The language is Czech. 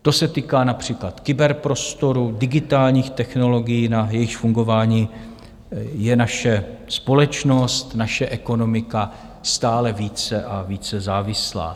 To se týká například kyberprostoru, digitálních technologií, na jejichž fungování je naše společnost, naše ekonomika stále více a více závislá.